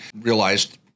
realized